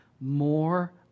more